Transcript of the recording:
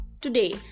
Today